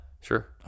Sure